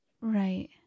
Right